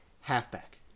halfback